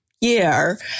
year